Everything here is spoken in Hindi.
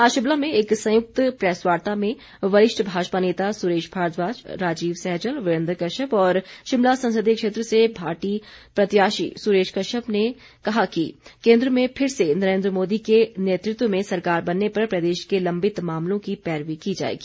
आज शिमला में एक संयुक्त प्रैसवार्ता में वरिष्ठ भाजपा नेता सुरेश भारद्वाज राजीव सहजल वीरेन्द्र कश्यप और शिमला संसदीय क्षेत्र से पार्टी प्रत्याशी सुरेश कश्यप ने कहा कि केन्द्र में फिर से नरेन्द्र मोदी के नेतृत्व में सरकार बनने पर प्रदेश के लम्बित मामलों की पैरवीं की जाएगी